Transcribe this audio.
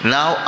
Now